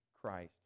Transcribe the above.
Christ